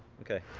okay.